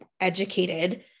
educated